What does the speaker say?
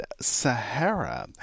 Sahara